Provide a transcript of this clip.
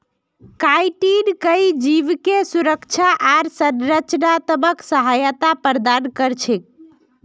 chitin कई जीवके सुरक्षा आर संरचनात्मक सहायता प्रदान कर छेक